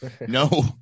No